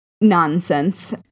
nonsense